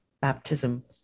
baptism